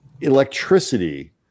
electricity